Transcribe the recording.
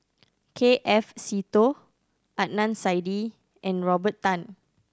K F Seetoh Adnan Saidi and Robert Tan